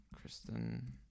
Kristen